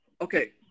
okay